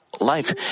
life